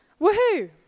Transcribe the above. woohoo